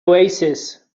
oasis